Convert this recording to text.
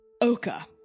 Oka